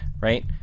Right